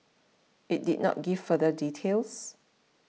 it did not give further details